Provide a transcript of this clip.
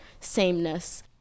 sameness